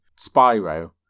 Spyro